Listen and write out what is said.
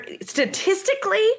statistically